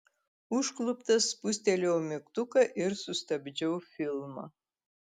užkluptas spustelėjau mygtuką ir sustabdžiau filmą